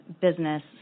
business